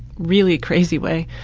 really crazy way.